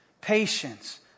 patience